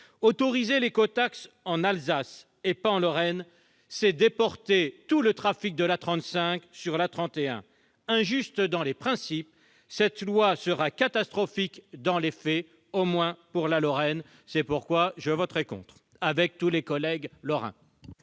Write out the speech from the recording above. Autoriser l'écotaxe en Alsace et pas en Lorraine, c'est déporter tout le trafic de l'A35 vers l'A31. Injuste dans les principes, cette loi sera catastrophique dans les faits, du moins pour la Lorraine, c'est pourquoi, avec tous mes collègues lorrains,